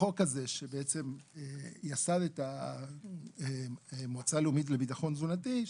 החוק הזה שבעצם יסד את המועצה הלאומית לביטחון תזונתי,